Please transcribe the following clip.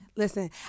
Listen